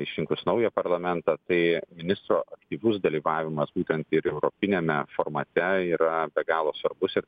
išrinkus naują parlamentą tai ministro aktyvus dalyvavimas būtent europiniame formate yra be galo svarbus ir